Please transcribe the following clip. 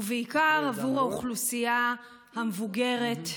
ובעיקר עבור האוכלוסייה המבוגרת,